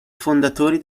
fondatori